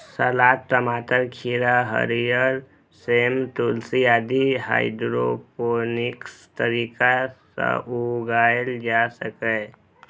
सलाद, टमाटर, खीरा, हरियर सेम, तुलसी आदि हाइड्रोपोनिक्स तरीका सं उगाएल जा सकैए